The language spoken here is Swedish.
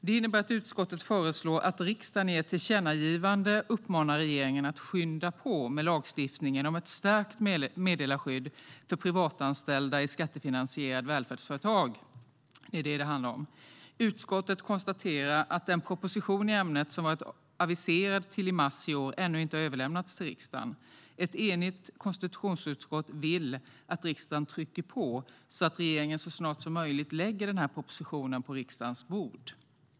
Det innebär att utskottet föreslår att riksdagen i ett tillkännagivande uppmanar regeringen att skynda på med lagstiftningen om ett stärkt meddelarskydd för privatanställda i skattefinansierade välfärdsföretag. Utskottet konstaterar att den proposition i ämnet som var aviserad till i mars i år ännu inte har överlämnats till riksdagen. Ett enigt konstitutionsutskott vill att riksdagen trycker på så att regeringen så snart som möjligt lägger den här propositionen på riksdagens bord.